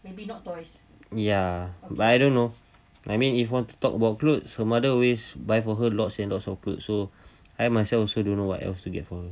ya but I don't know I mean if want to talk about clothes her mother always buy for her lots and lots of clothes I myself also don't know what else to get her